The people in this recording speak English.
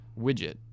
widget